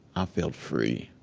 i felt free